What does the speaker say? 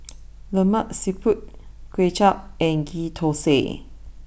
Lemak Siput Kway Chap and Ghee Thosai